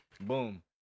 Boom